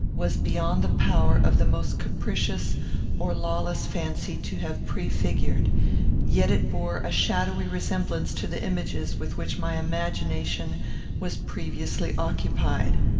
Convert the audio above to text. was beyond the power of the most capricious or lawless fancy to have prefigured yet it bore a shadowy resemblance to the images with which my imagination was previously occupied.